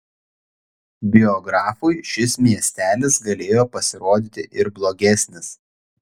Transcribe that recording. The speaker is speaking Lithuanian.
biografui šis miestelis galėjo pasirodyti ir blogesnis